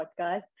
podcast